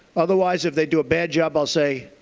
otherwise, if they do a bad job, i'll say,